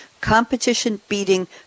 competition-beating